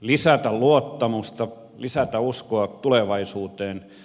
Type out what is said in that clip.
lisätä luottamusta ja uskoa tulevaisuuteen